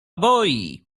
boi